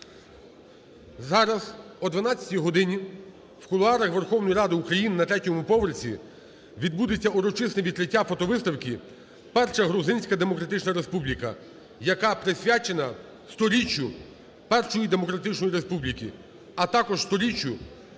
Зараз о 12 годині в кулуарах Верховної Ради України на третьому поверсі відбудеться урочисте відкриття фотовиставки "Перша Грузинська Демократична Республіка", яка присвячена 100-річчю Першої Демократичної Республіки, а також 100-річчю